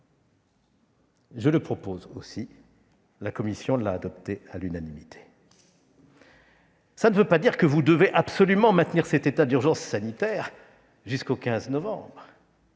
Je le propose aussi ; la commission a adopté cette disposition à l'unanimité. Cela ne veut pas dire que vous deviez absolument maintenir cet état d'urgence sanitaire jusqu'au 15 novembre